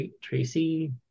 Tracy